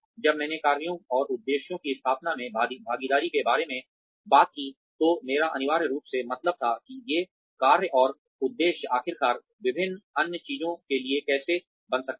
जब मैंने कार्यों और उद्देश्यों की स्थापना में भागीदारी के बारे में बात की तो मेरा अनिवार्य रूप से मतलब था कि ये कार्य और उद्देश्य आखिरकार विभिन्न अन्य चीजों के लिए कैसे बन सकते हैं